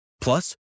Plus